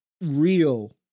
real